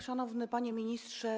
Szanowny Panie Ministrze!